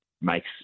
makes